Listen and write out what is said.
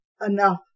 enough